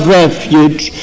refuge